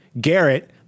Garrett